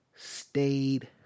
Stayed